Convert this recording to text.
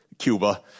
Cuba